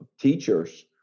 teachers